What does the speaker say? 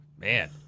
Man